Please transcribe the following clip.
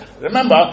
Remember